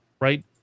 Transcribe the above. right